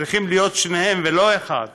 צריכים להיות שניהם ולא אחד.